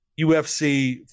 UFC